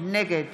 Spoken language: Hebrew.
נגד